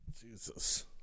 Jesus